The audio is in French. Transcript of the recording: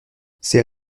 c’est